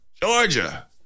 Georgia